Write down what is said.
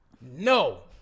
No